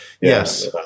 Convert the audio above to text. yes